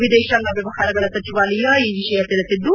ವಿದೇಶಾಂಗ ವ್ಚವಹಾರಗಳ ಸಚಿವಾಲಯ ಈ ವಿಷಯ ತಿಳಿಸಿದ್ದು